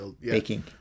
Baking